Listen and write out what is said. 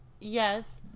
yes